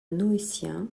noétiens